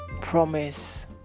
promise